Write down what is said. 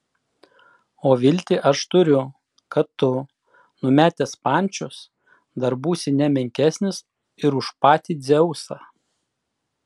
o viltį aš turiu kad tu numetęs pančius dar būsi ne menkesnis ir už patį dzeusą